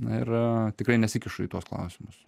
ir tikrai nesikišu į tuos klausimus